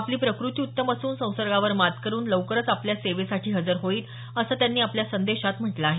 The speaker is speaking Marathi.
आपली प्रकृती उत्तम असून संसर्गावर मात करुन लवकरच आपल्या सेवेसाठी हजर होईन असं त्यांनी आपल्या संदेशात म्हटलं आहे